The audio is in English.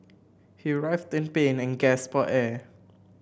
he writhed in pain and gasped for air